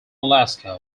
alaska